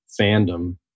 fandom